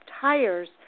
tires